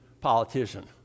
politician